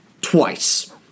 twice